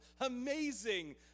amazing